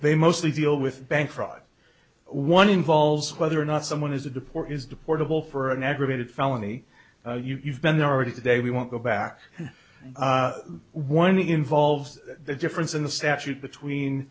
they mostly deal with bank fraud one involves whether or not someone is to deport his deportable for an aggravated felony you've been already today we won't go back one involves the difference in the statute between